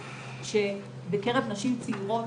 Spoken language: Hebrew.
אז אני אגיד שלא פחות משמונה מחקרים קליניים